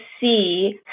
see